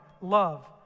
love